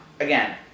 again